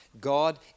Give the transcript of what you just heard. God